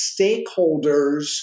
stakeholders